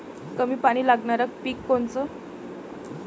कमी पानी लागनारं पिक कोनचं?